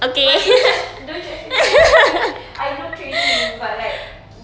but don't judge don't judge me ah I I no training but like